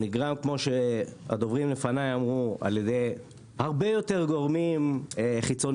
הוא נגרם כמו שהדוברים לפני אמרו על ידי הרבה יותר גורמים חיצוניים